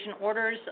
orders